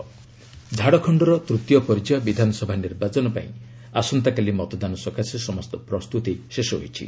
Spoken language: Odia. ଝାଡ଼ଖଣ୍ଡ ପୋଲିଂ ଝାଡ଼ଖଣ୍ଡର ତୃତୀୟ ପର୍ଯ୍ୟାୟ ବିଧାନସଭା ନିର୍ବାଚନ ପାଇଁ ଆସନ୍ତାକାଲି ମତଦାନ ସକାଶେ ସମସ୍ତ ପ୍ରସ୍ତୁତି ଶେଷ ହୋଇଛି